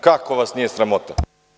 Kako vas nije sramota?